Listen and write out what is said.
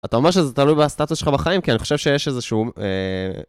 אתה אומר שזה תלוי בסטטוס שלך בחיים כי אני חושב שיש איזשהו...